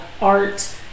art